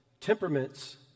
temperaments